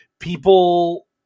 People